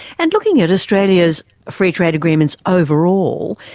and looking at australia's free-trade agreements overall,